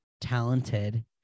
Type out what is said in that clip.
talented